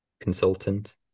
consultant